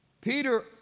Peter